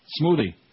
Smoothie